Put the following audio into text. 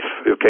okay